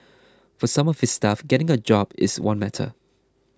for some of his staff getting a job is one matter